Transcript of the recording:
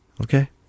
Okay